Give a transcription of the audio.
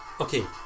Okay